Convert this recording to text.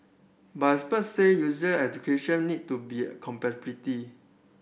but expert said user education need to be